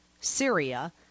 Syria